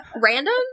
random